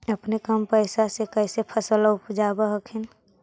अपने कम पैसा से कैसे फसलबा उपजाब हखिन?